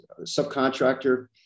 subcontractor